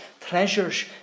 treasures